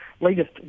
latest